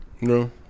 No